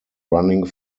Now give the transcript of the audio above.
running